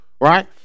right